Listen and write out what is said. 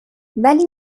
ولی